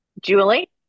Julie